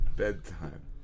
bedtime